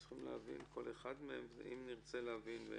צריכים להבין כל אחד מהם אם נרצה להבין.